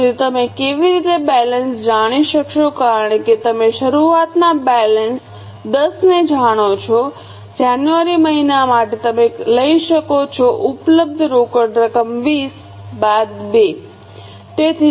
તેથી તમે કેવી રીતે બેલેન્સ જાણી શકશો કારણ કે તમે શરૂઆતના બેલેન્સ 10 ને જાણો છો જાન્યુઆરી મહિના માટે તમે લઈ શકો છો ઉપલબ્ધ રોકડ રકમ 20 બાદ 2